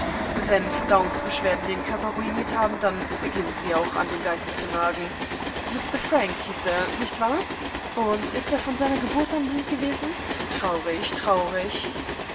wenn verdauungsbeschwerden den körper ruiniert haben dann beginnen sie auch an dem geiste zu nagen mr frank hieß er nicht wahr und ist er von seiner geburt an blindgewesen traurig traurig